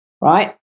right